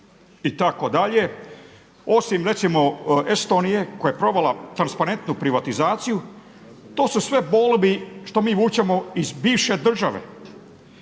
itd., osim recimo Estonije koja je provela transparentnu privatizaciju. To su sve … što mi vučemo iz bivše države.